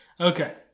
Okay